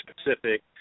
specific